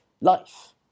life